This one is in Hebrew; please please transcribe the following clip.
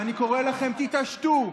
ואני קורא לכם: תתעשתו.